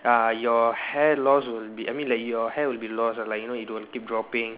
uh your hair loss will be I mean like your hair will be lost uh like you know it will keep dropping